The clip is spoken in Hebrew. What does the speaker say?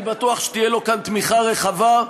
אני בטוח שתהיה לו כאן תמיכה רחבה.